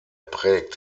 prägt